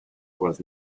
was